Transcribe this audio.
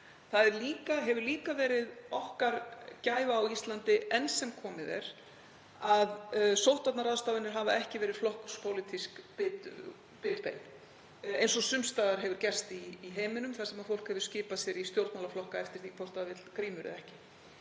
Það hefur líka verið okkar gæfa á Íslandi enn sem komið er að sóttvarnaráðstafanir hafa ekki verið flokkspólitísk bitbein eins og sums staðar hefur gerst í heiminum þar sem fólk hefur skipað sér í stjórnmálaflokka eftir því hvort það vill grímur eða ekki.